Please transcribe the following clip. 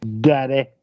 Daddy